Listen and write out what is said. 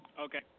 Okay